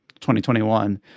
2021